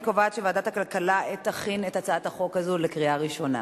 אני קובעת שוועדת הכלכלה תכין את הצעת החוק הזאת לקריאה ראשונה.